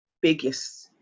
biggest